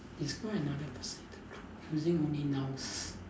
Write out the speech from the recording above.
describe another person in the group using only nouns